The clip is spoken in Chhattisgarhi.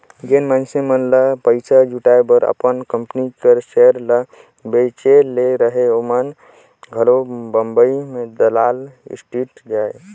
जेन मइनसे मन ल पइसा जुटाए बर अपन कंपनी कर सेयर ल बेंचे ले रहें ओमन घलो बंबई हे दलाल स्टीक जाएं